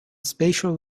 spatial